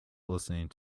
listening